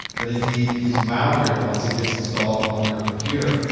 but indeed, is malware once it gets installed on your computer.